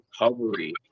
recovery